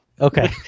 Okay